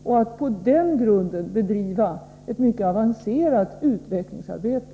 På den grunden kan vi bedriva ett mycket avancerat utvecklingsarbete.